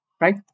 right